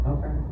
Okay